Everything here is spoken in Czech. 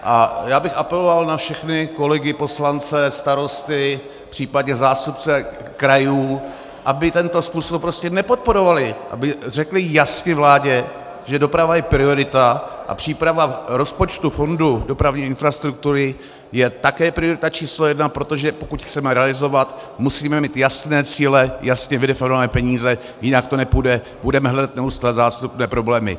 A já bych apeloval na všechny kolegy poslance, starosty případně zástupce krajů, aby tento způsob prostě nepodporovali, aby řekli jasně vládě, že doprava je priorita a příprava rozpočtu fondu dopravní infrastruktury je také priorita číslo jedna, protože pokud chceme realizovat, musíme mít jasné cíle, jasně vydefinované peníze, jinak to nepůjde, budeme hledat neustále zástupné problémy.